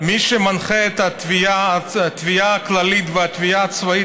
מי שמנחה את התביעה הכללית והתביעה הצבאית